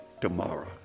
tomorrow